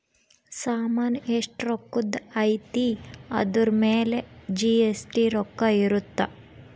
ಸಾಮನ್ ಎಸ್ಟ ರೊಕ್ಕಧ್ ಅಯ್ತಿ ಅದುರ್ ಮೇಲೆ ಜಿ.ಎಸ್.ಟಿ ರೊಕ್ಕ ಇರುತ್ತ